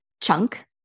chunk